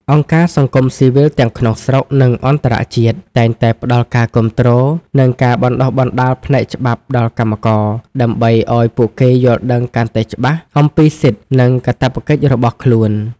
អង្គការសង្គមស៊ីវិលទាំងក្នុងស្រុក និងអន្តរជាតិ តែងតែផ្តល់ការគាំទ្រ និងការបណ្តុះបណ្តាលផ្នែកច្បាប់ដល់កម្មករ ដើម្បីឱ្យពួកគេយល់ដឹងកាន់តែច្បាស់អំពីសិទ្ធិ និងកាតព្វកិច្ចរបស់ខ្លួន។